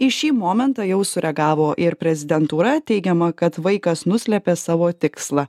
į šį momentą jau sureagavo ir prezidentūra teigiama kad vaikas nuslėpė savo tikslą